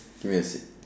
give me a seat